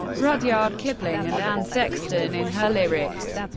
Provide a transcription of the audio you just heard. rudyard kipling, and anne sexton in her lyrics.